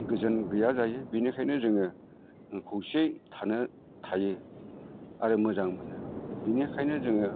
गोजोन गैया जायो बेनिखायनो जोङो खौसे थायो आरो मोजां मोनो बेनिखायनो जोङो